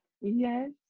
Yes